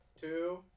two